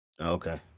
Okay